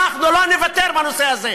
אנחנו לא נוותר בנושא הזה.